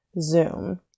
Zoom